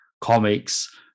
comics